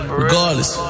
regardless